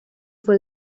fue